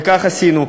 וכך עשינו.